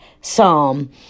Psalm